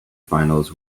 finals